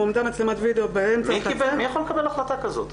הועמדה מצלמת וידאו באמצע --- מי יכול לקבל החלטה כזאת?